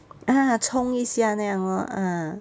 ah 冲一下那样 lor ah